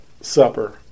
supper